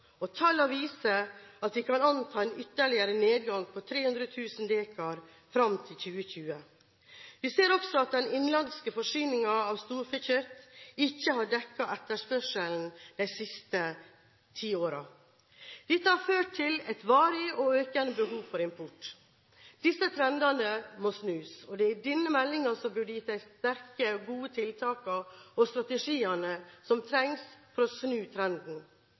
og tallene viser at vi kan anta en ytterligere nedgang på 300 000 dekar fram til 2020. Vi ser også at den innenlandske forsyningen av storfekjøtt ikke har dekket etterspørselen de siste ti årene. Dette har ført til et varig og økende behov for import. Disse trendene må snus, og det er denne meldingen som burde gitt de sterke og gode tiltakene og strategiene som trengs. Derfor foreslår Kristelig Folkeparti en kornstrategi og en strategi for